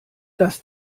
dass